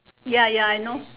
ya ya I know